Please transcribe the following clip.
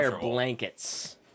blankets